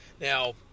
Now